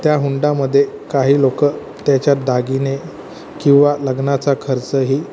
त्या हुंड्यामध्ये काही लोक त्याच्यात दागिने किंवा लग्नाचा खर्चही